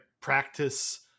practice